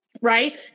right